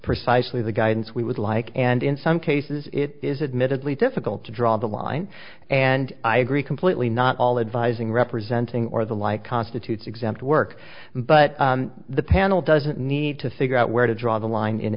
precisely the guidance we would like and in some cases it is admittedly difficult to draw the line and i agree completely not all advising representing or the like constitutes exempt work but the panel doesn't need to figure out where to draw the line in